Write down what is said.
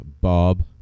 Bob